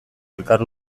elkar